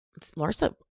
Larsa